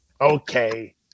Okay